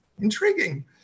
intriguing